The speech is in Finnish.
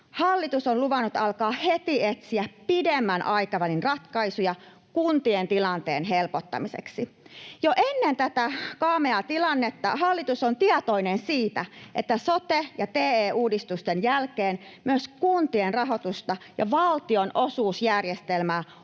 hallitus on luvannut alkaa heti etsiä pidemmän aikavälin ratkaisuja kuntien tilanteen helpottamiseksi. Jo ennen tätä kaameaa tilannetta hallitus on ollut tietoinen siitä, että sote- ja TE-uudistusten jälkeen myös kuntien rahoitusta ja valtionosuusjärjestelmää on